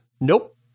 Nope